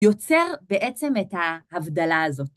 ‫יוצר בעצם את ההבדלה הזאת.